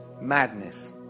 Madness